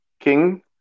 King